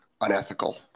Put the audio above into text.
unethical